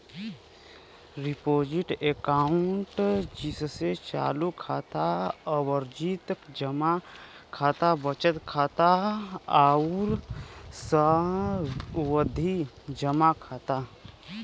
deposit account जइसे चालू खाता, आवर्ती जमा खाता, बचत खाता आउर सावधि जमा खाता